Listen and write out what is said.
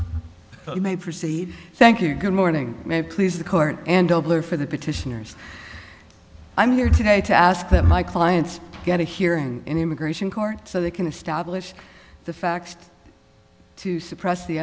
you may proceed thank you good morning may please the court and over for the petitioners i'm here today to ask that my clients get a hearing in immigration court so they can establish the facts to suppress the